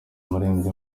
umuririmbyi